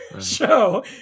show